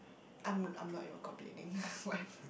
I'm I'm not even complaining what